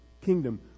kingdom